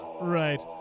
Right